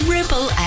Ripple